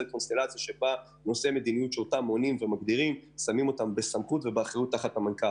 קונסטלציה שבה שמים נושאי מדיניות תחת סמכות המנכ"ל.